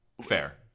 Fair